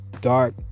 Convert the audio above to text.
dark